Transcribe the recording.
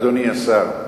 אדוני השר,